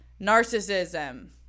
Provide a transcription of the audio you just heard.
Narcissism